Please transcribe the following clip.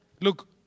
Look